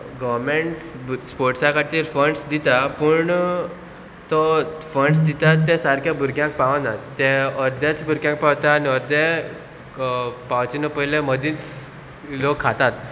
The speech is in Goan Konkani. गोवर्मेंट्स स्पोर्ट्सां खातीर फंड्स दिता पूण तो फंड्स दितात ते सारके भुरग्यांक पावनात तें अर्देच भुरग्यांक पावता आनी अर्दे पावचे न्हू पयले मदींच लोक खातात